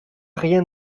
rien